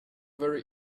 very